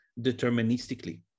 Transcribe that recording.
deterministically